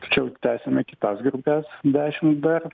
tačiau tęsiame kitas grupes dešim dar